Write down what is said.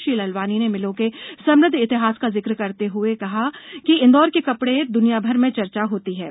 श्री लालवानी ने मिलों के समृद्ध इतिहास का ज़िक्र करते हुए कहा कि इंदौर के कपड़े की द्नियाभर में चर्चा होती थी